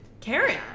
Karen